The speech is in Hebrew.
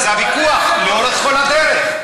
זה הוויכוח לכל אורך הדרך.